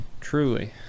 Truly